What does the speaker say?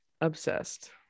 Obsessed